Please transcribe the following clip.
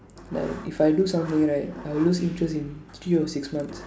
like if I do something right I will lose interest in three or six months